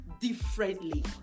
differently